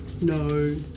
No